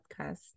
podcast